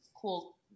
cool